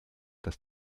dass